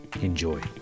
Enjoy